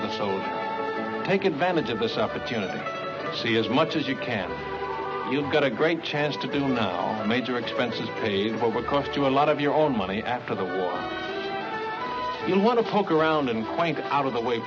soul take advantage of this opportunity see as much as you can you'll get a great chance to do no major expenses paid for will cost you a lot of your own money after the war in want to poke around and point out of the way